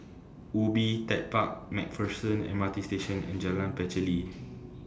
Ubi Tech Park MacPherson M R T Station and Jalan Pacheli